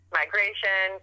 migration